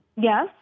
Yes